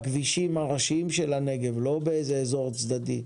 בכבישים הראשיים של הנגב, לא באיזה אזור צדדי.